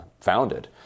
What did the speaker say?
founded